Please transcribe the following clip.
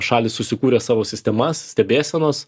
šalys susikūrė savo sistemas stebėsenos